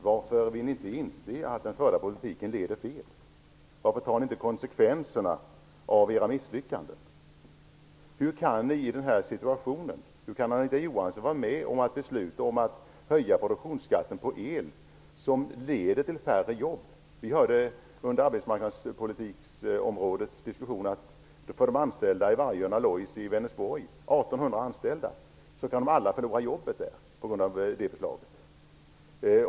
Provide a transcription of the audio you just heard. Varför vill ni inte inse att den förda politiken leder fel? Varför tar ni inte konsekvenserna av era misslyckanden? Hur kan Anita Johansson i denna situation vara med och fatta beslut om att höja produktionsskatten på el, vilket leder till färre jobb? Vi hörde under debatten om arbetsmarknadspolitiken att de 1 800 anställda i Vargön Alloys i Vänersborg kan förlora sina jobb på grund av det förslaget.